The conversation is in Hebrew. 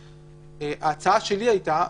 ההצעה שלי הייתה,